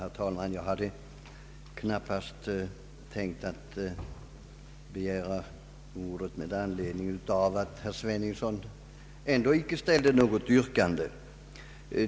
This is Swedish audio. Herr talman! Jag hade knappast tänkt begära ordet eftersom herr Sveningsson ändå inte ställer något yrkande.